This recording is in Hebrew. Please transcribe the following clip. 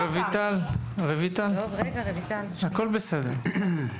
רויטל, רויטל, הכול בסדר.